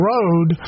Road